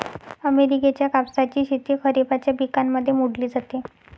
अमेरिकेच्या कापसाची शेती खरिपाच्या पिकांमध्ये मोडली जाते